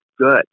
good